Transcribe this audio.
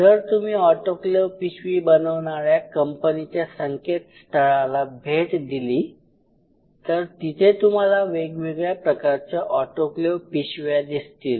जर तुम्ही ऑटोक्लेव पिशवी बनवणाऱ्या कंपनीच्या संकेतस्थळाला भेट दिली तर तिथे तुम्हाला वेगवेगळ्या प्रकारच्या ऑटोक्लेव पिशव्या दिसतील